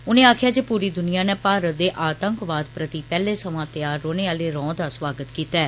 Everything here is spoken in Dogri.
उनें आक्खेआ जे पूरी दुनिया नै भारत दे आतंकवाद प्रति पेहले सवां तैयार रौहने आले रौंऽ दा स्वागत कीता ऐ